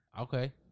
Okay